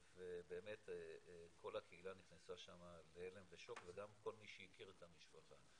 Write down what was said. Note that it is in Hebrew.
ובאמת כל הקהילה נכנסה שם להלם ושוק וגם כל מי שהכיר את המשפחה.